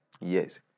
yes